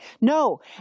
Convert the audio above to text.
no